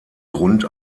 grund